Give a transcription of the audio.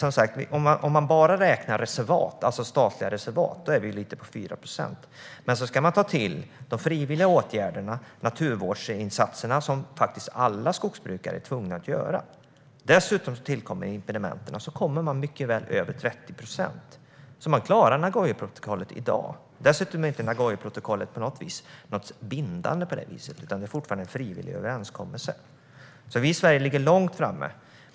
Om man bara räknar statliga reservat ligger vi på 4 procent. Men sedan ska man lägga till de frivilliga åtgärderna, naturvårdsinsatserna som alla skogsägare är tvungna att göra. Dessutom tillkommer impedimenten. Då kommer man mycket väl över 30 procent. Man klarar Nagoya-protokollet i dag. Dessutom är inte Nagoyaprotokollet på något vis bindande, utan det är fortfarande en frivillig överenskommelse. Vi i Sverige ligger långt framme.